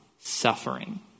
suffering